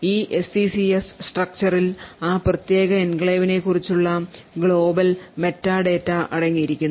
ഈ SECS structure ൽ ആ പ്രത്യേക എൻക്ലേവിനെക്കുറിച്ചുള്ള global മെറ്റാ ഡാറ്റ അടങ്ങിയിരിക്കുന്നു